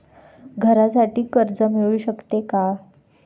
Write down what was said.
घरासाठी कर्ज मिळू शकते का?